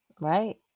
Right